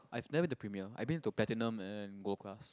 I've never to premier I been to platinum and gold class